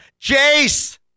Jace